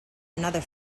another